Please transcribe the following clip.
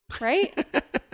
Right